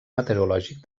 meteorològic